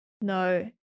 No